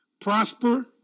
prosper